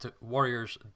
Warriors